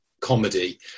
comedy